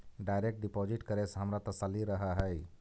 direct deposit करे से हमारा तसल्ली रहअ हई